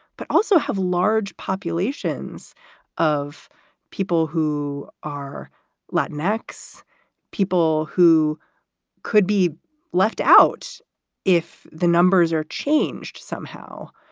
but also have large populations of people who are latin x people who could be left out if the numbers are changed somehow.